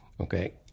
okay